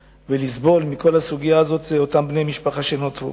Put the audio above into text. ולסבול מכל הסוגיה הזאת אלה אותם בני משפחה שנותרו.